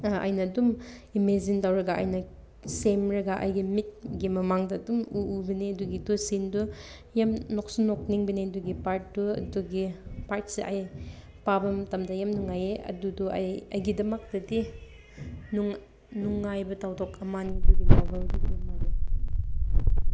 ꯑꯩꯅ ꯑꯗꯨꯝ ꯏꯃꯦꯖꯤꯟ ꯇꯧꯔꯒ ꯑꯩꯅ ꯁꯦꯝꯂꯒ ꯑꯩꯒꯤ ꯃꯤꯠꯀꯤ ꯃꯃꯥꯡꯗ ꯑꯗꯨꯝ ꯎꯕꯅꯦ ꯑꯗꯨꯒꯤꯗꯣ ꯁꯤꯟꯗꯣ ꯌꯥꯝ ꯅꯣꯛꯁꯨ ꯅꯣꯛꯅꯤꯡꯕꯅꯦ ꯑꯗꯨꯒꯤ ꯄꯥꯔꯠꯇꯣ ꯑꯗꯨꯒꯤ ꯄꯥꯔꯠꯁꯦ ꯑꯩ ꯄꯥꯕ ꯃꯇꯝꯗ ꯌꯥꯝ ꯅꯨꯡꯉꯥꯏꯌꯦ ꯑꯗꯨꯗꯣ ꯑꯩ ꯑꯩꯒꯤꯗꯃꯛꯇꯗꯤ ꯅꯨꯡꯉꯥꯏꯕ ꯊꯧꯗꯣꯛ ꯑꯃꯅꯦ ꯑꯗꯨꯒꯤ ꯅꯣꯕꯦꯜꯗꯨꯗꯣ ꯃꯥꯒꯤ